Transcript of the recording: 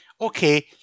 okay